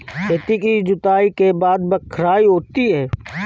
खेती की जुताई के बाद बख्राई होती हैं?